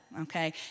Okay